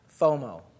FOMO